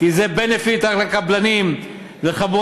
חס